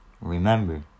remember